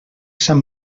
sant